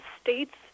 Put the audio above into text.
states